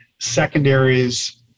secondaries